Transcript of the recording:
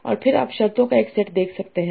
और फिर आप शर्तों का एक सेट देखते हैं